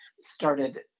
started